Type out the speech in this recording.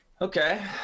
okay